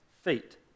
feet